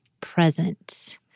present